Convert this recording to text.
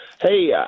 Hey